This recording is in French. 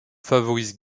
favorise